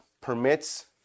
permits